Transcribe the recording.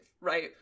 right